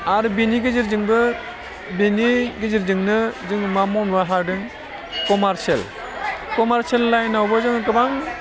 आरो बेनि गेजेरजोंबो बेनि गेजेरजोंनो जों मा मावनोबो हादों कमारसियेल कमारसियेल लाइनावबो जोङो गोबां